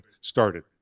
started